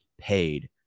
paid